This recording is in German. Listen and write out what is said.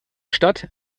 stadt